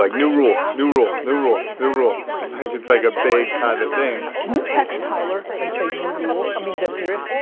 like new rule, new rule, new rule, new rule. and like, it's like a big kind of thing. can you text tyler and say new rule, i mean, that's serious.